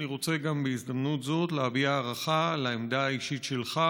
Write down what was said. אני רוצה בהזדמנות זו גם להביע הערכה על העמדה האישית שלך,